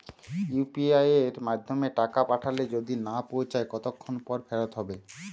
UPI য়ের মাধ্যমে টাকা পাঠালে যদি না পৌছায় কতক্ষন পর ফেরত হবে?